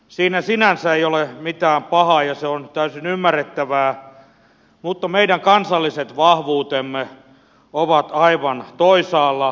siinä sinänsä ei ole mitään pahaa ja se on täysin ymmärrettävää mutta meidän kansalliset vahvuutemme ovat aivan toisaalla